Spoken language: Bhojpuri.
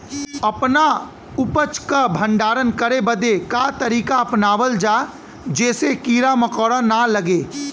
अपना उपज क भंडारन करे बदे का तरीका अपनावल जा जेसे कीड़ा मकोड़ा न लगें?